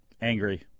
Angry